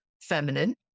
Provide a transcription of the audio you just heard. feminine